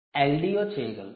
LDO చేయగలదు